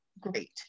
great